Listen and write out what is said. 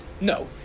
No